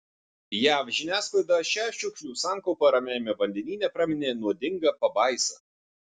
jav žiniasklaida šią šiukšlių sankaupą ramiajame vandenyne praminė nuodinga pabaisa